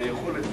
והיכולת,